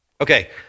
Okay